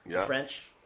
French